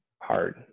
hard